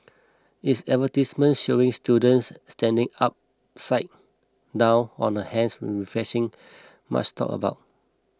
its advertisements showing students standing upside down on their hands were refreshing much talked about